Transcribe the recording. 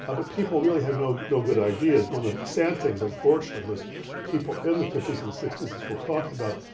ah but people really had no no good ideas when the sad thing is, unfortunately, people in the fifty s and sixty s, as we'll talk about,